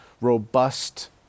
robust